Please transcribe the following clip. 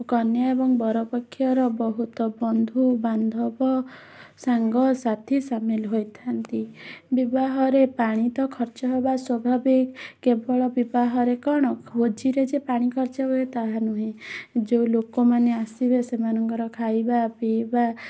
କନ୍ୟା ଏବଂ ବର ପକ୍ଷର ବହୁତ ବନ୍ଧୁ ବାନ୍ଧବ ସାଙ୍ଗସାଥି ସାମିଲ ହୋଇଥାନ୍ତି ବିବାହରେ ପାଣି ତ ଖର୍ଚ୍ଚ ହେବା ସ୍ଵାଭାବିକ କେବଳ ବିବାହରେ କ'ଣ ଭୋଜିରେ ଯେ ପାଣି ଖର୍ଚ୍ଚ ହୁଏ ତାହା ନୁହେଁ ଯେଉଁ ଲୋକମାନେ ଆସିବେ ସେମନଙ୍କର ଖାଇବା ପିଇବା